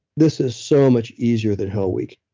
this is so much easier than hell week.